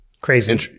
crazy